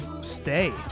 stay